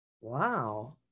Wow